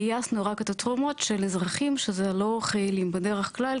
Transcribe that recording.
גייסנו רק את התרומות של אזרחים שזה לא חיילים בדרך כלל,